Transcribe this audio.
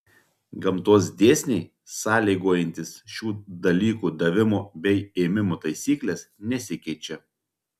gamtos dėsniai sąlygojantys šių dalykų davimo bei ėmimo taisykles nesikeičia